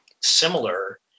similar